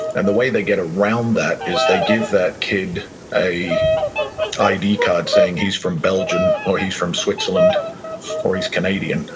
and the way they get around that is they give that kid an id card saying he's from belgium or he's from switzerland or he's canadian.